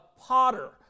potter